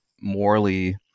morally